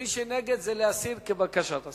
ומי שנגד, זה להסיר, כבקשת השר.